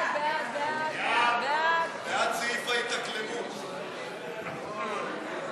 של קבוצת סיעת מרצ לאחרי סעיף